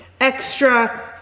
extra